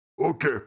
Okay